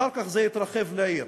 אחר כך זה התרחב לעיר.